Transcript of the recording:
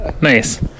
Nice